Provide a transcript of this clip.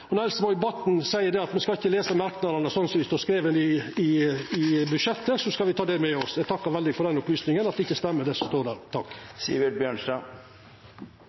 Når Else-May Botten seier at me ikkje skal lesa merknadene slik dei står skrivne i budsjettet, skal me ta det med oss. Eg takkar veldig for opplysinga om at det ikkje stemmer, det som står der. Det